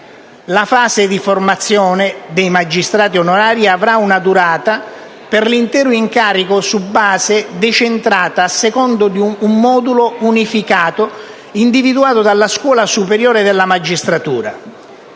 La fase di formazione dei magistrati onorari avrà una durata per l'intero incarico su base decentrata e secondo un modulo unificato individuato dalla Scuola superiore della magistratura.